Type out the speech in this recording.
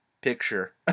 picture